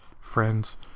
friends